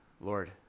Lord